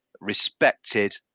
respected